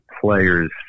players